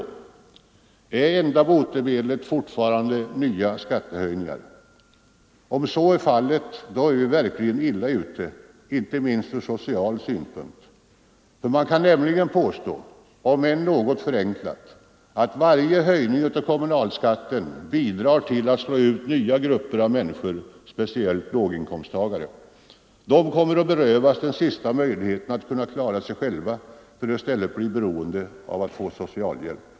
Är det enda botemedlet fortfarande nya skattehöjningar? Om så är fallet är vi verkligt illa ute, inte minst från social synpunkt. Man kan nämligen påstå — om än något förenklat — att varje höjning av kommunalskatten bidrar till att slå ut nya grupper av människor, speciellt låginkomsttagare. De kommer att berövas den sista möjligheten att kunna klara sig själva för att i stället bli beroende av socialhjälp.